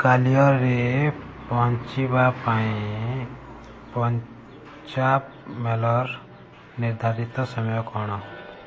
ଗାଲିଅରରେ ପହଞ୍ଚିବା ପାଇଁ ପଞ୍ଚାବ ମେଲ୍ର ନିର୍ଦ୍ଧାରିତ ସମୟ କ'ଣ